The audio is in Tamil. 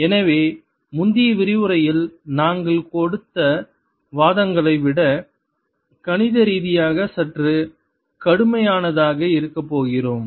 எனவே முந்தைய விரிவுரையில் நாங்கள் கொடுத்த வாதங்களை விட கணித ரீதியாக சற்று கடுமையானதாக இருக்கப்போகிறோம்